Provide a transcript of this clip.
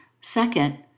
Second